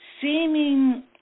seeming